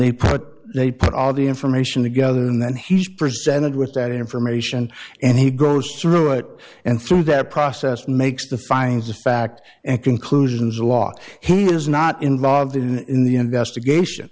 they put they put all the information together and then he's presented with that information and he goes through it and through that process makes the finds of fact and conclusions of law he was not involved in the investigation